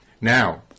now